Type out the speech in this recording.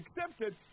accepted